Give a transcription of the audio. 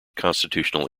constitutional